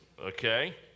okay